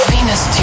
Venus